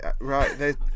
Right